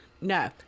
no